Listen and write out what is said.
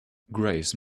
grace